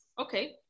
Okay